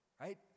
right